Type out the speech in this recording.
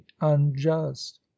unjust